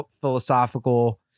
philosophical